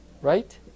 Right